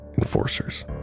enforcers